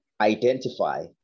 identify